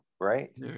right